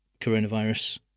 coronavirus